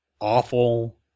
awful